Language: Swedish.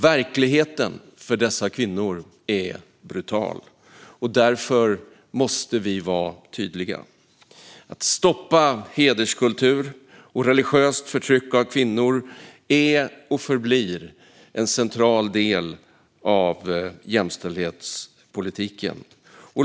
Verkligheten för dessa kvinnor är brutal, och därför måste vi vara tydliga. Att stoppa hederskultur och religiöst förtryck av kvinnor är och förblir en central del av jämställdhetspolitiken.